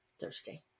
Thursday